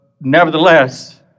nevertheless